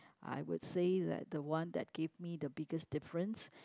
I would say that the one that give me the biggest difference